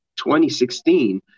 2016